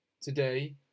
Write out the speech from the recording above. Today